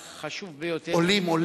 רוצה לציין בחיוב ולטובה את התנופה של סלילת